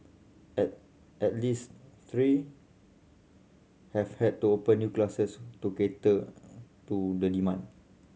at at least three have had to open new classes to cater to the demand